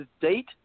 date